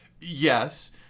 Yes